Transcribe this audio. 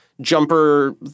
jumper